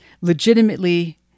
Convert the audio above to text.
legitimately